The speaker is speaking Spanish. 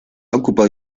ocupó